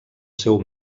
seu